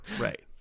Right